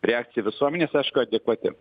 reakcija visuomenės aišku adekvati